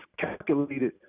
calculated